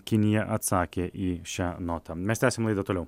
kinija atsakė į šią notą mes tęsiam laidą toliau